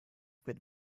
with